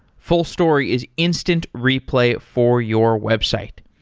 fullstory is instant replay for your website.